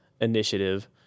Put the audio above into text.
initiative